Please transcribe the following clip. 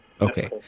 Okay